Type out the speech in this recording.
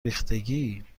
ریختگی